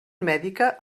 mèdica